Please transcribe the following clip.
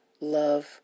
Love